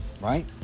right